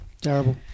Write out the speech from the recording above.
Terrible